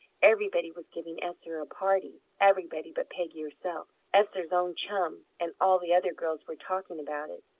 everybody was giving esther a party, everybody but peggy herself. esther's own chum, and all the other girls, were talking about it.